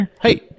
hey